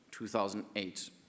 2008